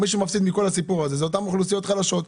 מי שמפסיד מכל הסיפור הזה אלה אותן אוכלוסיות חלשות.